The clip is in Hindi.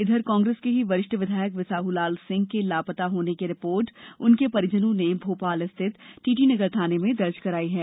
इधर कांग्रेस के ही वरिष्ठ विधायक बिसाहूलाल सिंह के लापता होने की रिपोर्ट उनके परिजनों ने भोपाल स्थित टीटी नगर थाने में दर्ज कराई है